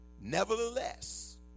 Nevertheless